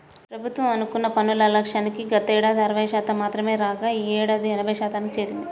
ప్రభుత్వం అనుకున్న పన్నుల లక్ష్యానికి గతేడాది అరవై శాతం మాత్రమే రాగా ఈ యేడు ఎనభై శాతానికి చేరింది